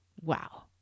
wow